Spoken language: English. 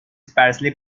sparsely